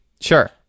Sure